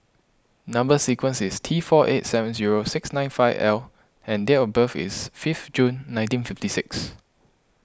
Number Sequence is T four eight seven zero six nine five L and date of birth is fifth June nineteen fifty six